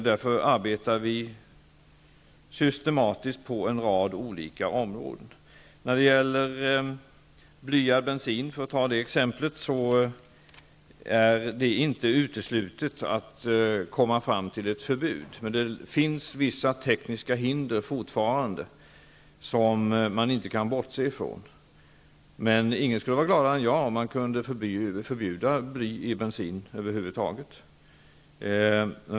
Därför arbetar vi systematiskt på en rad olika områden. När det gäller blyad bensin exempelvis är det inte uteslutet att komma fram till ett förbud. Men det finns fortfarande vissa tekniska hinder som man inte kan bortse från. Ingen skulle vara gladare än jag om man kunde förbjuda bly i bensin över huvud taget.